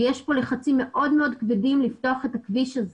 יש כאן לחצים מאוד מאוד כבדים לפתוח את הכביש הזה.